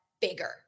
bigger